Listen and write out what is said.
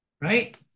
right